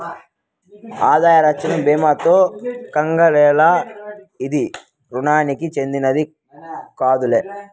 ఆదాయ రచ్చన బీమాతో కంగారేల, ఇది రుణానికి చెందినది కాదులే